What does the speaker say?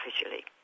officially